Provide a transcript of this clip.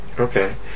Okay